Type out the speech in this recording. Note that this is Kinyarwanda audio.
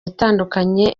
itandukanye